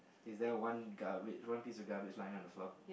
is there one garbage one piece of garbage lying on the floor